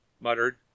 muttered